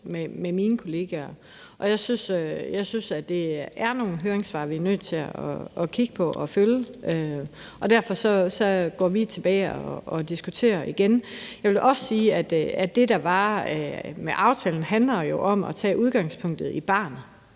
med mine kollegaer. Og jeg synes, at det er nogle høringssvar, vi er nødt til at kigge på og følge, og derfor går vi tilbage og diskuterer det igen. Jeg vil jo også sige, at det med hensyn til aftalen handler om at tage udgangspunktet i barnet